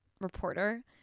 reporter